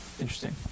Interesting